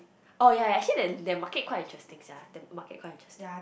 oh ya actually their their market quite interesting sia the market quite interesting